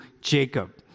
Jacob